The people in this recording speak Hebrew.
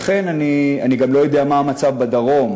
אני גם לא יודע מה המצב בדרום,